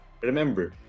Remember